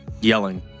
Yelling